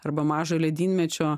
arba mažą ledynmečio